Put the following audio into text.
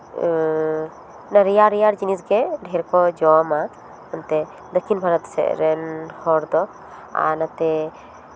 ᱨᱮᱭᱟᱲ ᱨᱮᱭᱟᱲ ᱡᱤᱱᱤᱥ ᱜᱮ ᱰᱷᱮᱨ ᱠᱚ ᱡᱚᱢᱟ ᱮᱱᱛᱮ ᱫᱚᱠᱠᱷᱤᱱ ᱵᱷᱟᱨᱚᱛ ᱥᱮᱫ ᱨᱮᱱ ᱦᱚᱲ ᱫᱚ ᱟᱨ ᱱᱚᱛᱮ